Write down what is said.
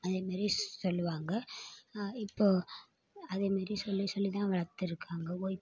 அதே மாரி சொல்லுவாங்க இப்போது அதே மாரி சொல்லி சொல்லிதான் வளர்த்துருக்காங்க